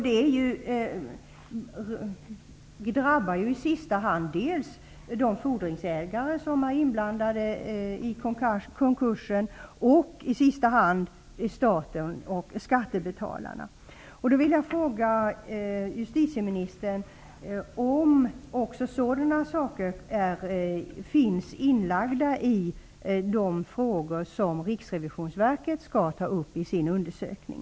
Det drabbar i sista hand dels de fordringsägare som är inblandade i konkursen, dels staten och skattebetalarna. Då vill jag fråga justitieministern om sådana saker finns med bland de frågor som riksrevisionsverket skall ta upp i sin undersökning.